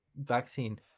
vaccine